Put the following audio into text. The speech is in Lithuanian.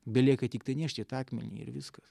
belieka tiktai nešti tą akmenį ir viskas